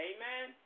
Amen